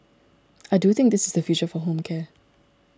I do think this is the future for home care